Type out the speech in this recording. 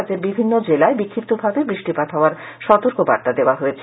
রাজ্যের বিভিন্ন জেলায় বিক্ষিপ্তভাবে বৃষ্টিপাত হওয়ার সতর্কবার্তা দেওয়া হয়েছে